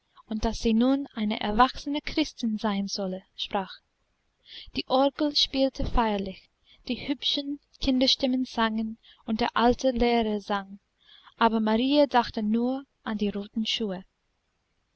und daß sie nun eine erwachsene christin sein solle sprach die orgel spielte feierlich die hübschen kinderstimmen sangen und der alte lehrer sang aber marie dachte nur an die roten schuhe